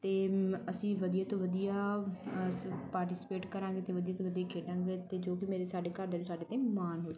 ਅਤੇ ਅਸੀਂ ਵਧੀਆ ਤੋਂ ਵਧੀਆ ਅਸੀਂ ਪਾਰਟੀਸਪੇਟ ਕਰਾਂਗੇ ਅਤੇ ਵਧੀਆ ਤੋਂ ਵਧੀਆ ਖੇਡਾਂਗੇ ਅਤੇ ਜੋ ਕਿ ਮੇਰੇ ਸਾਡੇ ਘਰਦਿਆਂ ਨੂੰ ਸਾਡੇ 'ਤੇ ਮਾਣ ਹੋ